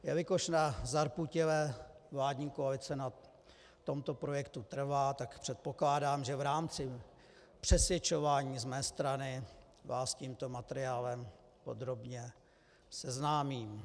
Jelikož zarputile vládní koalice na tomto projektu trvá, tak předpokládám, že v rámci přesvědčování z mé strany vás s tímto materiálem podrobně seznámím.